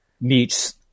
meets